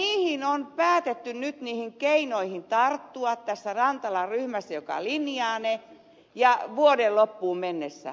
niihin keinoihin on päätetty nyt tarttua tässä rantalan ryhmässä joka linjaa ne vuoden loppuun mennessä